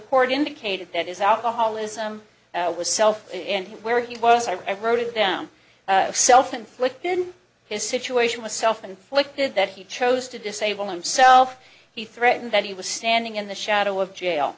court indicated that is out of holism was self and where he was i wrote it down self inflicted his situation was self inflicted that he chose to disable himself he threatened that he was standing in the shadow of jail